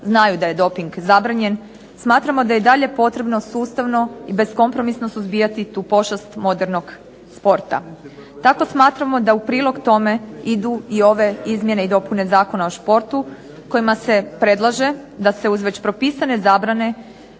znaju da je doping zabranjen smatramo da je i dalje potrebno sustavno i beskompromisno suzbijati tu pošast modernog sporta. Tako smatramo da u prilog tome idu i ove izmjene i dopune Zakona o športu kojima se predlaže da se uz već propisane zabrane